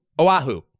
Oahu